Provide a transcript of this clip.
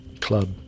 club